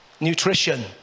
Nutrition